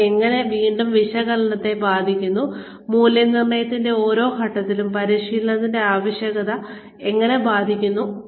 അത് എങ്ങനെ വീണ്ടും വിശകലനത്തെ ബാധിക്കുന്നു കൂടാതെ മൂല്യനിർണ്ണയത്തിന്റെ ഓരോ ഘട്ടത്തിലും പരിശീലനത്തിന്റെ ആവശ്യകത എങ്ങനെ ബാധിക്കുന്നു